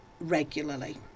regularly